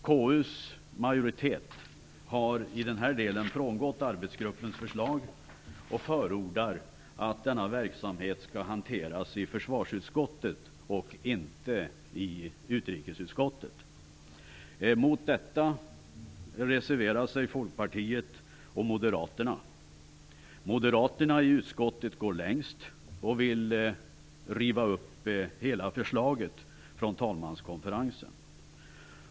Konstitutionsutskottets majoritet har i denna del frångått arbetsgruppens förslag och förordar att denna verksamhet skall hanteras i försvarsutskottet och inte i utrikesutskottet. Mot detta reserverar sig Folkpartiet och Moderaterna. Moderaterna i utskottet går längst. De vill riva upp hela förslaget från talmanskonferensen.